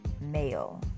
male